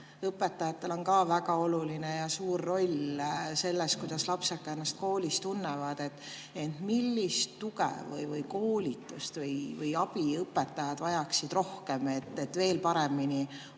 Õpetajatel on ka väga oluline ja suur roll selles, kuidas lapsed ennast koolis tunnevad. Millist tuge või koolitust või abi õpetajad vajaksid rohkem, et veel paremini